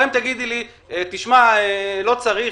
גם אם תגידי לי לא צריך,